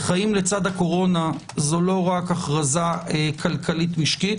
וחיים לצד הקורונה זו לא רק הכרזה כלכלית משקית